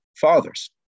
fathers